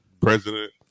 President